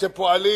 שכבר פועלים